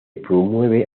promueve